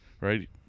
right